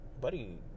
Buddy